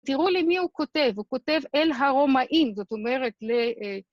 תראו למי הוא כותב, הוא כותב אל הרומאים, זאת אומרת ל...